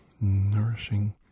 nourishing